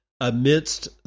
amidst